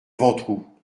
ventroux